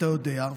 אתה יודע,